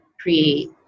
create